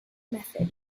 method